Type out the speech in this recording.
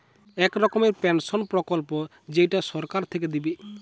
এক রকমের পেনসন প্রকল্প যেইটা সরকার থিকে দিবে